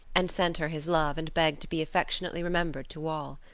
and sent her his love and begged to be affectionately remembered to all.